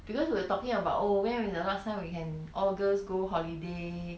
because we're talking about oh when is the last time we can all girls go holiday